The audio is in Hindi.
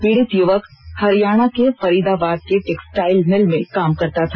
पीड़ित युवक हरियाणा के फरीदाबाद के टेक्सटाइल मिल में काम करता था